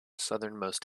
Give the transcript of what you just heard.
southernmost